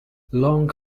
long